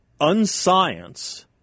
unscience